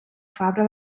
fabra